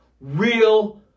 real